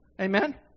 Amen